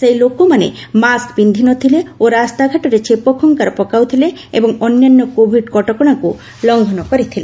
ସେହି ଲୋକମାନେ ମାସ୍କ ପିନ୍ଧିନଥିଲେ ଓ ରାସ୍ତାଘାଟରେ ଛେପ ଖଙ୍କାର ପକାଉଥିଲେ ଏବଂ ଅନ୍ୟାନ୍ୟ କୋଭିଡ୍ କଟକଶାକୁ ଲଂଘନ କରିଥିଲେ